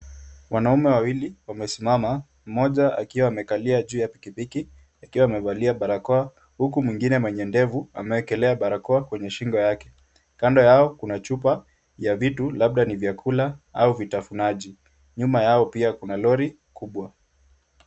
Wanaume wawili wamesimama, mmoja akiwa amekalia juu ya pikipiki akiwa amevalia barakoa huku mwingine mwenye ndevu ameekelea barakoa kwenye shingo yake. Kando yao kuna chupa ya vitu labda ni vyakula au vitafunaji. Nyuma yao pia kuna lori kubwa.